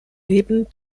leben